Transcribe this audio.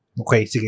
Okay